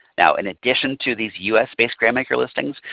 now in addition to these us-based grant maker listings,